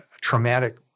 traumatic